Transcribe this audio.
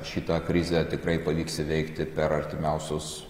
šitą krizę tikrai pavyks įveikti per artimiausius